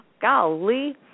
Golly